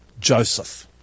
Joseph